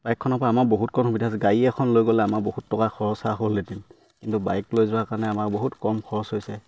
বাইকখনৰ পৰা আমাৰ বহুত কণ সুবিধা আছে গাড়ী এখন লৈ গ'লে আমাৰ বহুত টকা খৰচা হ'ল এদিন কিন্তু বাইক লৈ যোৱাৰ কাৰণে আমাৰ বহুত কম খৰচ হৈছে